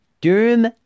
Doom